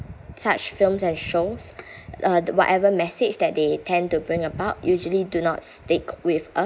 such films and shows uh whatever message that they tend to bring about usually do not stick with us